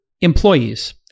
employees